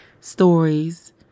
stories